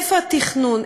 איפה התכנון?